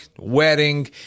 wedding